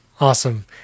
Awesome